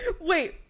Wait